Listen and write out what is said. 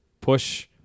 push